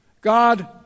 God